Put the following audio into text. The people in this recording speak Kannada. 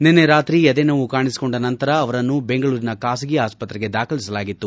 ನಿನ್ನೆ ರಾತ್ರಿ ಎದೆನೋವು ಕಾಣಿಸಿಕೊಂಡ ನಂತರ ಅವರನ್ನು ಬೆಂಗಳೂರಿನ ಖಾಸಗಿ ಆಸ್ತತೆಗೆ ದಾಖಲಿಸಲಾಗಿತ್ತು